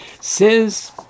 Says